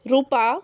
रुपा